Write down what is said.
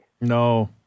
No